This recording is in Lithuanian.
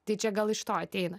tai čia gal iš to ateina